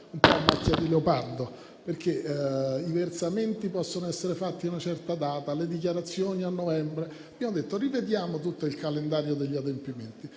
un po' a macchia di leopardo, perché i versamenti possono essere fatti a una certa data, le dichiarazioni a novembre. Abbiamo detto di rivedere tutto il calendario degli adempimenti